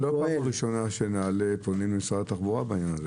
זו לא פעם ראשונה שנעל"ה פונים למשרד התחבורה בעניין.